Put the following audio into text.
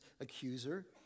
accuser